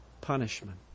punishment